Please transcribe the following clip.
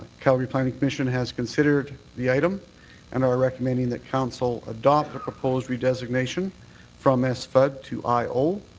calgary planning commission has considered the item and are recommending that council adopt the proposed redesignation from ah s-fud to i o.